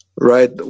right